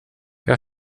jag